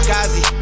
Kazi